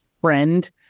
friend